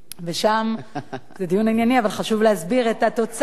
זה דיון ענייני, אבל חשוב להסביר את התוצר שלו.